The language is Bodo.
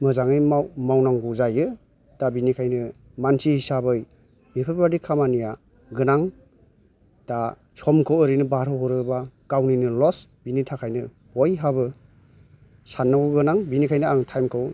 मोजाङै मावनांगौ जायो दा बिनिखायनो मानसि हिसाबै बेफोरबादि खामानिया गोनां दा समखौ ओरैनो बारहोहरोबा गावनिनो लस बिनि थाखायनो बयहाबो साननांगौ गोनां बिनिखायनो आं टाइमखौ